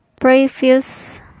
previous